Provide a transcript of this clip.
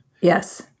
Yes